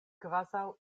kvazaŭ